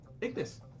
Ignis